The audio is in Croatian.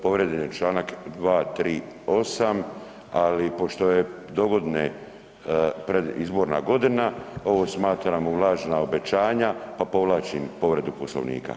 Povrijeđen je čl. 238., ali pošto je dogodine predizborna godina ovo smatramo lažna obećanja, pa povlačim povredu Poslovnika.